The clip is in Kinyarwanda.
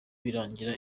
birangira